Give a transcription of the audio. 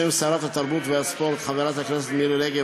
בשם שרת התרבות והספורט חברת הכנסת מירי רגב,